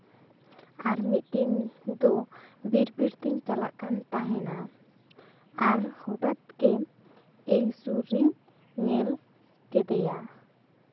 ᱟᱨ ᱢᱤᱫ ᱫᱤᱱ ᱫᱚ ᱵᱤᱨ ᱵᱤᱨ ᱛᱤᱧ ᱪᱟᱞᱟᱜ ᱠᱟᱱ ᱛᱟᱦᱮᱱᱟ ᱟᱨ ᱦᱚᱴᱟᱛᱜᱮ ᱤᱧ ᱥᱩᱨ ᱨᱤᱧ ᱧᱮᱞ ᱠᱮᱫᱮᱭᱟ